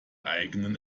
eigenen